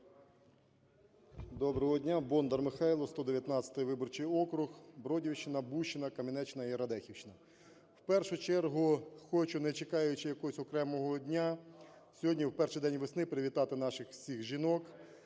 Доброго дня. Бондар Михайло, 119 виборчий округ, Бродівщина, Бущина, Кам'янеччина і Радехівщина. В першу чергу хочу, не чекаючи якогось окремого дня, сьогодні, в перший день весни, привітати наших всіх жінок